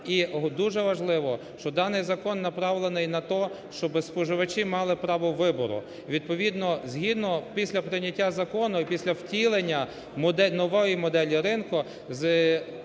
і дуже важливо, що даний закон направлений на то, щоби споживачі мали право вибору. Відповідно згідно після прийняття закону і після втілення нової моделі ринку